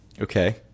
Okay